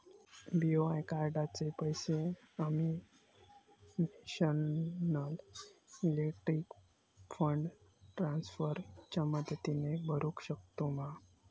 BOI कार्डाचे पैसे आम्ही नेशनल इलेक्ट्रॉनिक फंड ट्रान्स्फर च्या मदतीने भरुक शकतू मा?